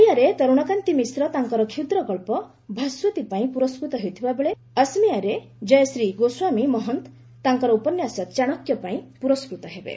ଓଡ଼ିଆରେ ତରୁଣକାନ୍ତି ମିଶ୍ର ତାଙ୍କର କ୍ଷୁଦ୍ରଗଳ୍ପ 'ଭାସ୍ୱତୀ' ପାଇଁ ପୁରସ୍କୃତ ହେଉଥିବା ବେଳେ ଅସମୀୟାରେ ଜୟଶ୍ରୀ ଗୋସ୍ୱାମୀ ମହନ୍ତ ତାଙ୍କର ଉପନ୍ୟାସ 'ଚାଣକ୍ୟ' ପାଇଁ ପୁରସ୍କୃତ ହେବେ